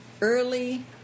early